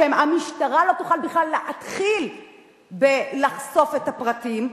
המשטרה לא תוכל בכלל להתחיל לחשוף את הפרטים.